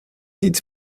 its